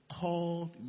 called